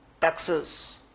taxes